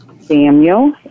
Samuel